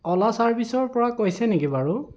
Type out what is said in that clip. অ'লা ছাৰ্ভিচৰপৰা কৈছে নেকি বাৰু